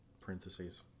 parentheses